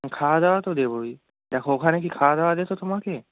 খাওয়া দাওয়া তো দেবোই দেখো ওখানে কী খাওয়া দাওয়া দেতো তোমাকে